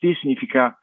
significa